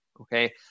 Okay